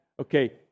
Okay